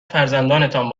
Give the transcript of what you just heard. فرزندانتان